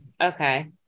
Okay